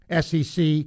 SEC